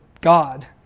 God